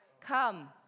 come